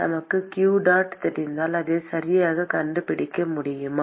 நமக்கு q dot தெரிந்தால் அதை சரியாக கண்டுபிடிக்க முடியுமா